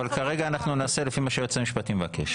אבל כרגע אנחנו נעשה לפי מה שהיועץ המשפטי מבקש.